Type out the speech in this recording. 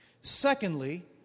Secondly